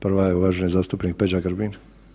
Prva je uvaženi zastupnik Peđa Grbin.